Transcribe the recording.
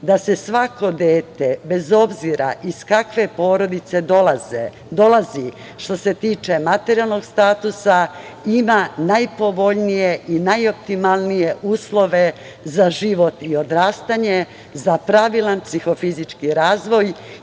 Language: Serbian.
da se svako dete, bez obzira iz kakve porodice dolazi što se tiče materijalnog statusa ima najpovoljnije i najoptimalnije uslove za život i odrastanje, za pravilan psihofizički razvoj